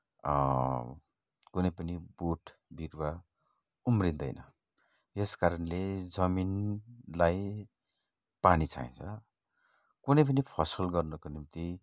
कुनै पनि बोट बिरुवा उम्रिँदैन यस कारणले जमिनलाई पानी चाहिन्छ कुनै पनि फसल गर्नुको निम्ति